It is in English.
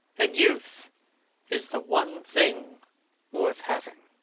and youth is the one thing worth having.